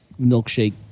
milkshake